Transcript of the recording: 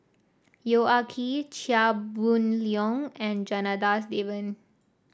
Yong Ah Kee Chia Boon Leong and Janadas Devan